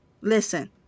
Listen